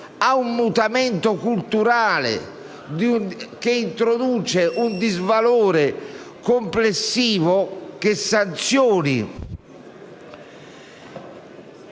ad un mutamento culturale che introduce un disvalore complessivo volto a sanzionare